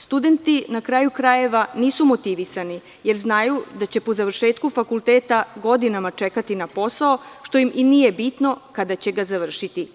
Studenti na kraju krajeva nisu motivisani jer znaju da će po završetku fakulteta godinama čekati na posao, što im i nije bitno kada će ga završiti.